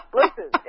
listen